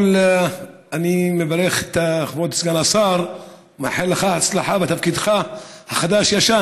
אני מברך את כבוד סגן השר ומאחל לך הצלחה בתפקידך החדש-ישן.